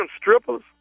strippers